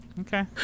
Okay